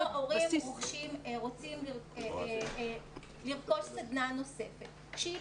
‏ אם הורים רוצים לרכוש סדנה נוספת שהיא